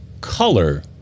color